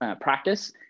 practice